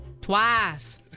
Twice